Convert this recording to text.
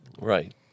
Right